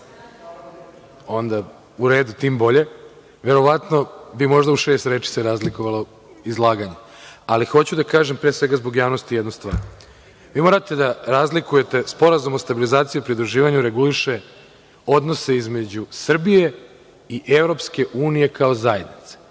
možda imam pravo, verovatno bi možda u šest reči se razlikovalo izlaganje, ali hoću da kažem pre svega zbog javnosti jednu stvar. Vi morate da razlikujete. Sporazum o stabilizaciji i pridruživanju reguliše odnose između Srbije i EU kao zajednice,